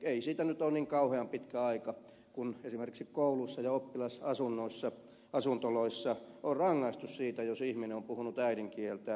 ei siitä nyt ole niin kauhean pitkä aika kun esimerkiksi kouluissa ja oppilasasuntoloissa on rangaistu siitä jos ihminen on puhunut äidinkieltään